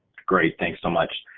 great, thanks so much.